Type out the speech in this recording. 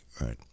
right